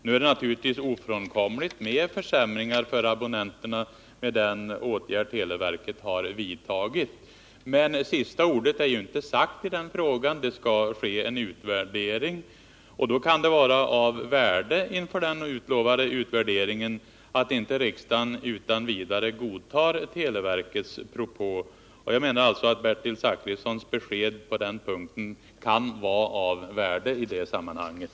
Nu är det naturligtvis ofrånkomligt med försämringar för abonnenterna till följd av den åtgärd som televerket redan har vidtagit, men sista ordet är ju inte sagt i frågan. Det skall ske en utvärdering, och det kan vara av värde inför denna utlovade utvärdering att riksdagen inte utan vidare godtar televerkets propå. Jag menar alltså att Bertil Zachrissons besked kan vara av betydelse i det sammanhanget.